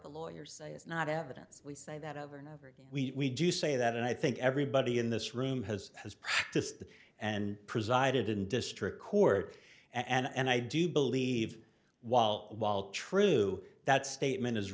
the lawyers say is not evidence we say that over and over again we do say that and i think everybody in this room has has practiced and presided in district court and i do believe while while true that statement is